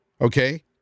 Okay